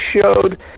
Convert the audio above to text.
showed